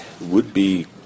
would-be